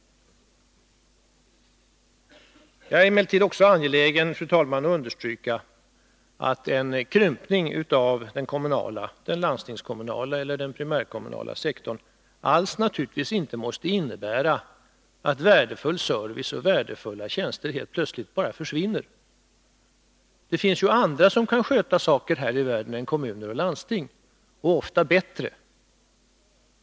Jag är emellertid, fru talman, också angelägen att understryka att den krympningen av den landstingskommunala eller primärkommunala sektorn naturligtvis inte alls måste innebära att värdefull service och värdefulla tjänster helt plötsligt bara försvinner. Det finns ju andra som kan sköta saker här i världen än kommuner och landsting, och ofta bättre.